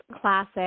Classic